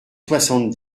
soixante